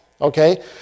Okay